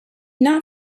not